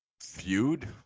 feud